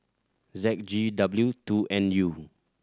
Z G W two N U